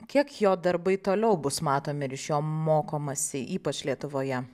kiek jo darbai toliau bus matomi ir iš jo mokomasi ypač lietuvoje